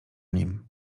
nim